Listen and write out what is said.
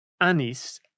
Anis